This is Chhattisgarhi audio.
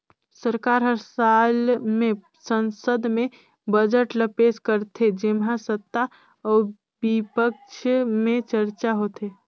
सरकार हर साल में संसद में बजट ल पेस करथे जेम्हां सत्ता अउ बिपक्छ में चरचा होथे